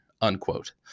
unquote